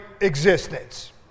existence